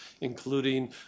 Including